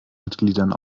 mitgliedern